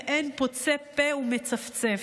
ואין פוצה פה ומצפצף.